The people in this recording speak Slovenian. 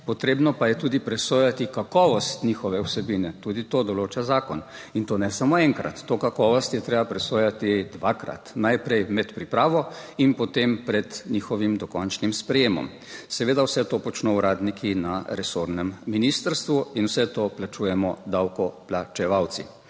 Potrebno pa je tudi presojati kakovost njihove vsebine, tudi to določa zakon, in to ne samo enkrat, to kakovost je treba presojati dvakrat, najprej med pripravo in potem pred njihovim dokončnim sprejemom. Seveda vse to počno uradniki na resornem ministrstvu in vse to plačujemo davkoplačevalci.